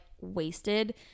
wasted